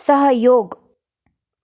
सहयोग